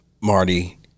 Marty